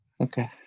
Okay